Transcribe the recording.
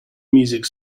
music